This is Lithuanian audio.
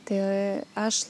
tai aš